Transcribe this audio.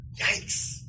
Yikes